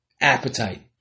appetite